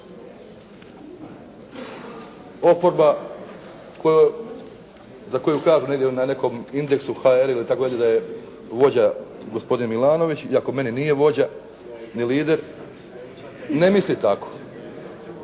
Oporba za koju kažu negdje na nekom indeksu hr ili tako dalje da je vođa gospodin Milanović, iako meni nije vođa, ni lider, ne misli tako.